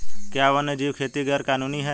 क्या वन्यजीव खेती गैर कानूनी है?